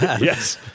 Yes